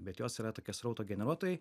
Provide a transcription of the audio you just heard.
bet jos yra tokie srauto generuotojai